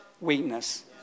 weakness